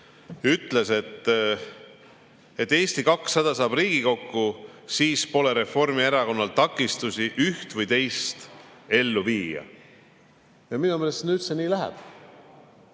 ütles, et kui Eesti 200 saab Riigikokku, siis pole Reformierakonnal takistusi üht või teist ellu viia. Ja minu meelest nüüd see nii läheb.